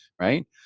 Right